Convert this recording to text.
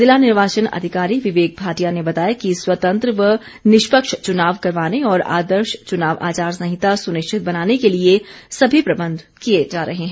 जिला निर्वाचन अधिकारी विवेक भाटिया ने बताया कि स्वतंत्र व निष्पक्ष चुनाव करवाने और आदर्श चुनाव आचार संहिता सुनिश्चित बनाने के लिए सभी प्रबंध किए जा रहे हैं